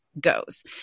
goes